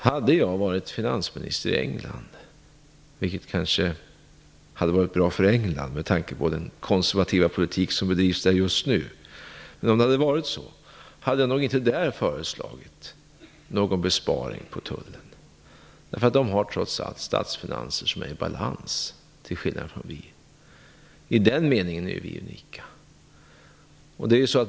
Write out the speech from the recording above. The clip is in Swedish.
Hade jag varit finansminister i England - vilket kanske hade varit bra för England, med tanke på den konservativa politik som bedrivs där just nu - skulle jag nog inte där föreslagit någon besparing på tullen. England har trots allt till skillnad från oss statsfinanser i balans. I den meningen är vi unika.